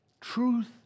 truth